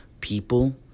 people